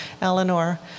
Eleanor